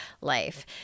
life